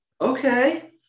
Okay